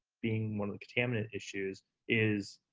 being one of the contaminant issues is,